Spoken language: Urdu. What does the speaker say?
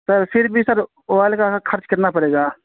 سر پھر بھی سر وائل کا خرچ کتنا پڑے گا